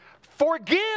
forgive